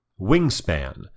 Wingspan